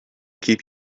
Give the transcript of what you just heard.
keep